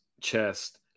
chest